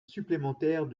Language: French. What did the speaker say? supplémentaire